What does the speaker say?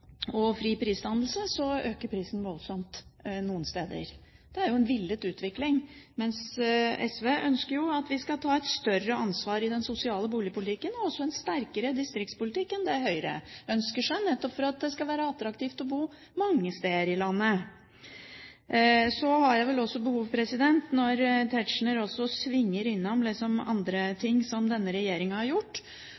fri prisdannelse, øker prisen voldsomt noen steder. Det er jo en villet utvikling, mens SV ønsker at vi skal ta større ansvar i den sosiale boligpolitikken og også ha en sterkere distriktspolitikk enn det Høyre ønsker seg, nettopp for at det skal være attraktivt å bo mange steder i landet. Så har jeg behov for, når Tetzschner også svinger innom andre